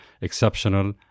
exceptional